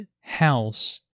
house